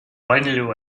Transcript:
palju